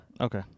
Okay